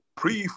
pre